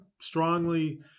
strongly